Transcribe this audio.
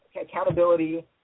accountability